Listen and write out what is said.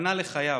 וסכנה לחייו.